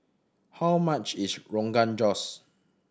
how much is Rogan Josh